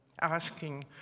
asking